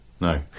No